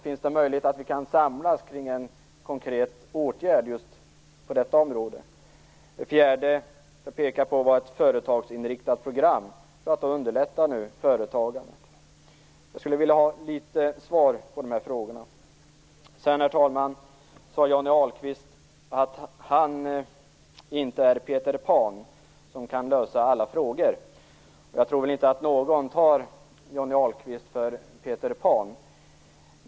Finns det möjlighet att vi kan samlas till en konkret åtgärd just på detta område? Det fjärde jag pekade på ett var företagsinriktat program för att underlätta företagande. Jag skulle vilja ha något svar på dessa frågor. Herr talman! Johnny Ahlqvist sade att han inte är Peter Pan som kan lösa alla frågor. Jag tror väl inte att någon tar Johnny Ahlqvist för Peter Pan.